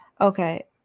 Okay